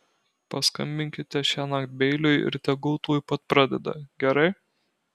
paskambinkite šiąnakt beiliui ir tegul tuoj pat pradeda gerai